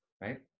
right